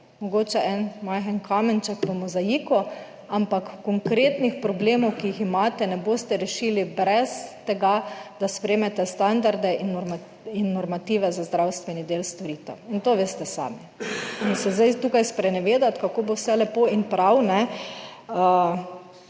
mogoče en majhen kamenček v mozaiku, ampak konkretnih problemov, ki jih imate ne boste rešili brez tega, da sprejmete standarde. In normative za zdravstveni del storitev. In to veste sami. In se zdaj tukaj sprenevedati, kako bo vse lepo in prav, ni